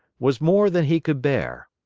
was more than he could bear.